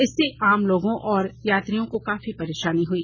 इससे आम लोगों और यात्रियों को काफी परेशानी हुई